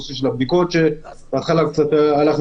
גם נושא הבדיקות הלך בהתחלה יותר לאט,